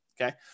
okay